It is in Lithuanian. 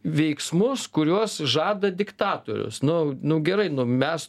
veiksmus kuriuos žada diktatorius nu nu gerai nu mes